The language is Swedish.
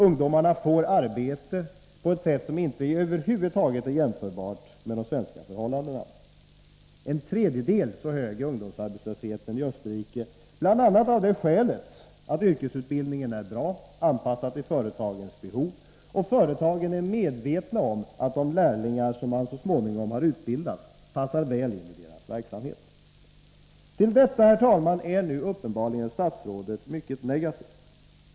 Ungdomarna får arbete på ett sätt som över huvud taget inte är jämförbart med de svenska förhållandena. Ungdomsarbetslösheten är en tredjedel så hög i Österrike, bl.a. av det skälet att yrkesutbildningen är bra, anpassad till företagens behov, och därför att företagen är medvetna om att de lärlingar som de så småningom har utbildat passar väl in i deras verksamhet. Herr talman! Till detta är statsrådet nu uppenbarligen mycket negativ.